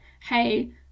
hey